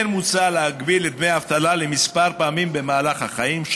כמו כן מוצע להגביל את קבלת דמי האבטלה למספר פעמים מסוים במהלך החיים,